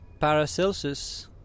Paracelsus